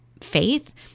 faith